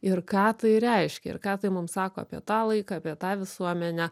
ir ką tai reiškia ir ką tai mum sako apie tą laiką apie tą visuomenę